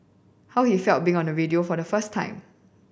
how he felt being on radio for the first time